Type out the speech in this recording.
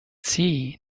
see